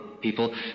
people